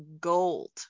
Gold